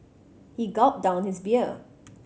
he gulped down his beer